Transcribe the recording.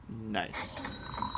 nice